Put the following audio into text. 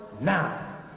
now